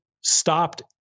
stopped